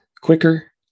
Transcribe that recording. quicker